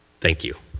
thank you.